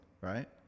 right